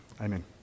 Amen